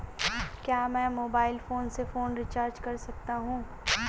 क्या मैं mobile phone से फोन रिचार्ज कर सकता हूं?